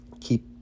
Keep